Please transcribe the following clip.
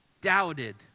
doubted